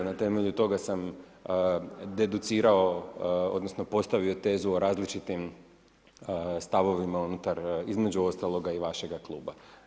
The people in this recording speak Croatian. Na temelju toga sam deducirao odnosno postavio tezu o različitim stavovima unutar između ostaloga i vašega kluba.